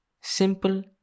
simple